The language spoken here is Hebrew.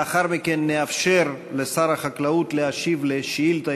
לאחר מכן נאפשר לשר החקלאות להשיב על שאילתה.